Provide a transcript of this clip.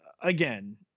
again